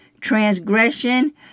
transgression